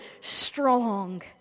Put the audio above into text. strong